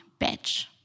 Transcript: bitch